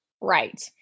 Right